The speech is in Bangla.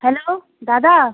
হ্যালো দাদা